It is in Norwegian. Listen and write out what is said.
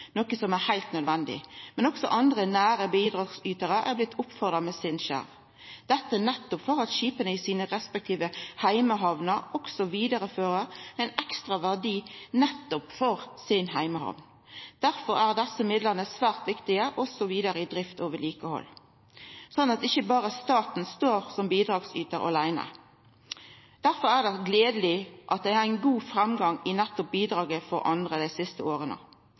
noko som er heilt nødvendig. Men også andre nære bidragsytarar har blitt oppfordra til å gi sin skjerv, dette for at skipa i dei respektive heimehamnene også vidarefører ein ekstra verdi for nettopp sine heimehamner. Derfor er desse midlane svært viktige også for vidare drift og vedlikehald, slik at ikkje berre staten står som bidragsytar aleine. Derfor er det gledeleg at det er ein god framgang i nettopp bidraget frå andre dei siste åra.